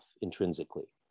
intrinsically